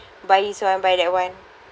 buy this [one] buy that [one]